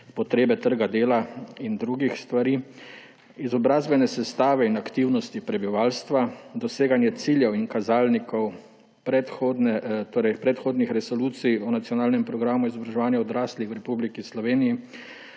potrebe trga dela, izobrazbene sestave in aktivnosti prebivalstva, doseganja ciljev in kazalnikov predhodnih resolucij o nacionalnem programu izobraževanja odraslih v Republiki Sloveniji,